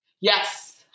Yes